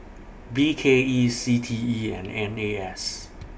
B K E C T E and N A S